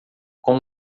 com